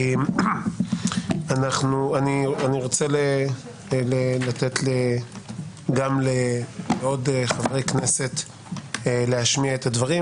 אני רוצה לתת גם לעוד חברי כנסת להשמיע את הדברים,